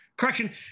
Correction